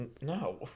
no